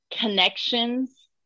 connections